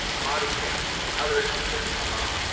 body camps, and other issues that have come up,